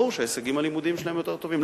ברור שההישגים הלימודיים שלהם יותר טובים.